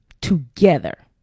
Together